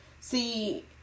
See